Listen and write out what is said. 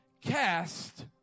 cast